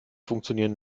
funktionieren